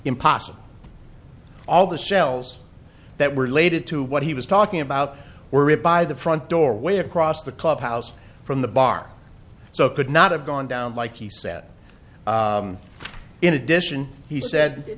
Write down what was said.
impossible all the shells that were related to what he was talking about were it by the front door way across the clubhouse from the bar so could not have gone down like he said in addition he said